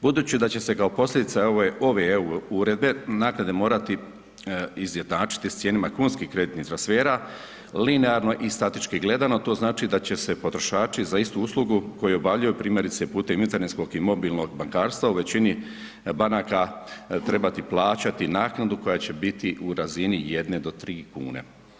Budući da će se kao posljedica ove EU uredbe naknade morati izjednačiti s cijenama kunskih kreditnih transfera, linearno i statički gledano to znači da će se potrošači za istu uslugu koju obavljaju primjerice putem internetskog i mobilnog bankarstva u većini banaka trebati plaćati naknadu koja će biti u razini 1 do 3 kune.